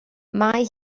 mae